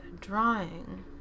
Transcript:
drawing